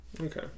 Okay